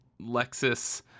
Lexus